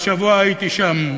והשבוע הייתי שם,